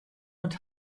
und